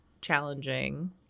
challenging